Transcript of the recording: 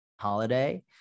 holiday